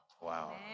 Wow